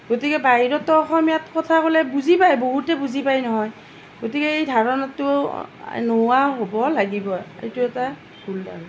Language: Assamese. গতিকে বাহিৰটো অসমীয়াত কথা ক'লে বুজি পায় বহুতে বুজি পায় নহয় গতিকে এই ধাৰণাটো নোহোৱা হ'ব লাগিব এইটো এটা ভুল ধাৰণা